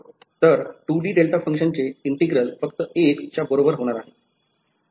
तर 2 D delta फंक्शनचे integral फक्त 1 च्या बरोबर होणार आहे